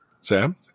Sam